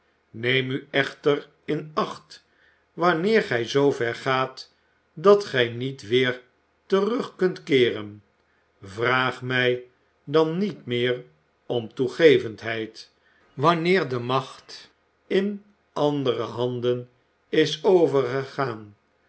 neem u echter in acht wanneer gij zoo ver gaat dat gij niet weer terug kunt keeren vraag mij dan niet meer om toegevendheid wanneer de macht in andere handen is overgegaan